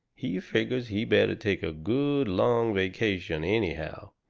he figgers he better take a good, long vacation, anyhow.